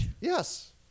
Yes